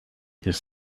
his